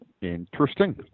Interesting